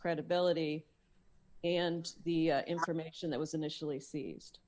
credibility and the information that was initially seized